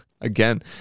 Again